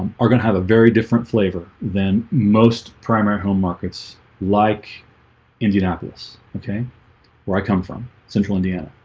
are gonna have a very different flavor than most primary home markets like indianapolis, okay where i come from central, indiana